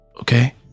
okay